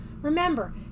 Remember